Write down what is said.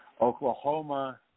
Oklahoma